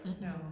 No